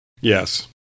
Yes